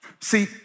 See